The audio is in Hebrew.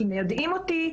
כי מיידים אותי,